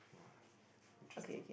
!wah! interesting